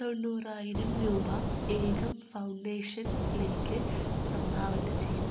തൊണ്ണൂറായിരം രൂപ ഏകം ഫൗണ്ടേഷൻ ലേക്ക് സംഭാവന ചെയ്യുക